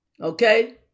Okay